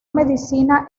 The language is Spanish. medicina